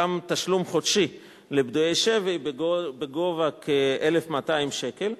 גם תשלום חודשי לפדויי שבי בגובה של כ-1,200 שקל,